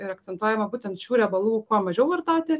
ir akcentuojama būtent šių riebalų kuo mažiau vartoti